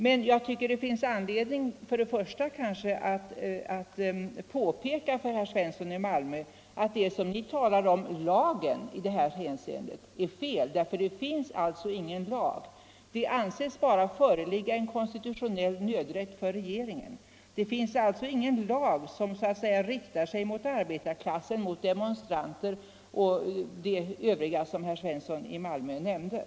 Men jag tycker att det finns anledning att för det första påpeka för herr Svensson i Malmö att vad ni benämner ”lagen” i det här hänseendet är fel, för det finns ingen sådan lag. Det anses bara föreligga en konstitutionell nödrätt för regeringen. Det finns alltså ingen lag som riktar sig mot arbetarklassen, mot demonstranter och övriga som herr Svensson i Malmö nämnde.